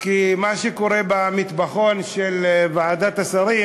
כי מה שקורה במטבחון של ועדת השרים הוא